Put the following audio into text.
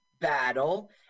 battle